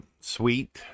sweet